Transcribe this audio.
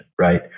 right